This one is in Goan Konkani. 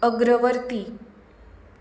अग्रवर्ती